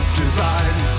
divine